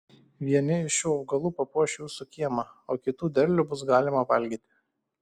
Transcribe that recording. vieni iš šių augalų papuoš jūsų kiemą o kitų derlių bus galima valgyti